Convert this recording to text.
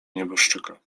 nieboszczyka